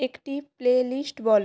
একটি playlist বলো